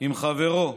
עם חברו.